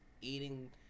eating